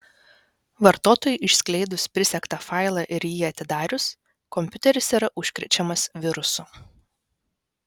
vartotojui išskleidus prisegtą failą ir jį atidarius kompiuteris yra užkrečiamas virusu